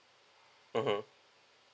mmhmm